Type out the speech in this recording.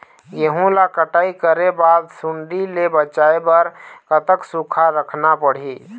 गेहूं ला कटाई करे बाद सुण्डी ले बचाए बर कतक सूखा रखना पड़ही?